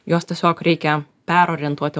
juos tiesiog reikia perorientuoti